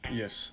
yes